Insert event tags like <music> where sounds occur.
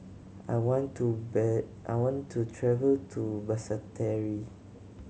I want to <unintelligible> I want to travel to Basseterre